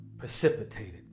Precipitated